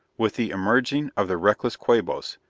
with the emerging of the reckless quabos,